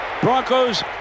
Broncos